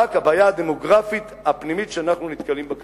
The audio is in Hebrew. רק הבעיה הדמוגרפית הפנימית שאנחנו נתקלים בה היום.